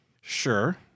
sure